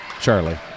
Charlie